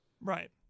Right